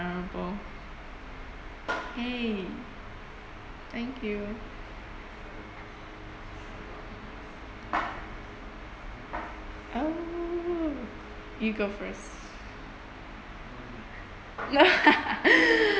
!hey! thank you oh you go first